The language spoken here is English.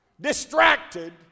distracted